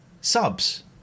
subs